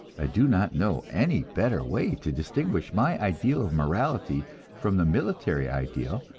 i do not know any better way to distinguish my ideal of morality from the military ideal,